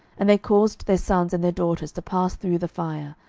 and they caused their sons and their daughters to pass through the fire,